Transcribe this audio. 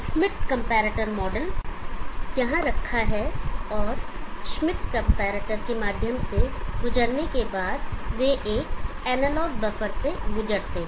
Schmidt comparator model यहाँ रखा गया है और श्मिट कंपैरेटर के माध्यम से गुजरने के बाद वे एक एनालॉग बफर से गुजरते हैं